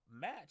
match